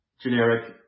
generic